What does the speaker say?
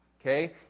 Okay